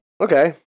Okay